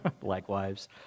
likewise